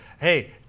hey